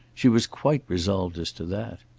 she was quite resolved as to that.